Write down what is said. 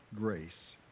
grace